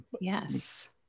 Yes